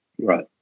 Right